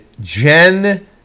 Jen